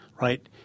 right